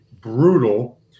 brutal